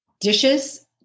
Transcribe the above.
dishes